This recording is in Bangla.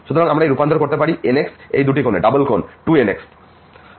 সুতরাং আমরা এইরূপান্তর করতে পারি nx এই দুই কোণে ডাবল কোণ 2nx